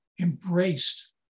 embraced